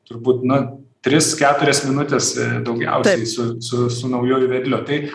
turbūt na tris keturias minutes daugiausiai su su su naujuoju vedliu tai